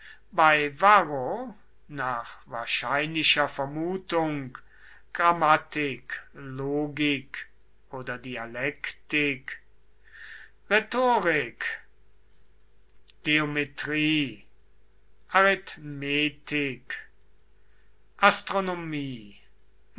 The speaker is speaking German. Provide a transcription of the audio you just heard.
bei varro nach wahrscheinlicher vermutung grammatik logik oder dialektik rhetorik geometrie arithmetik astronomie